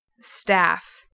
Staff